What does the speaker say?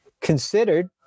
considered